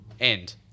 End